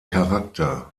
charakter